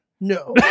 No